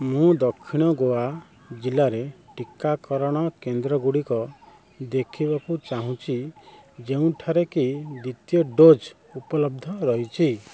ମୁଁ ଦକ୍ଷିଣ ଗୋଆ ଜିଲ୍ଲାରେ ଟିକାକରଣ କେନ୍ଦ୍ରଗୁଡ଼ିକ ଦେଖିବାକୁ ଚାହୁଁଛି ଯେଉଁଠାରେ କି ଦ୍ୱିତୀୟ ଡୋଜ୍ ଉପଲବ୍ଧ ରହିଛି